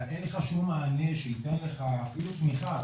אתה, אין לך שום מענה שייתן לך אפילו תמיכה.